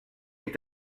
est